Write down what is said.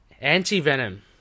Anti-Venom